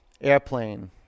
Airplane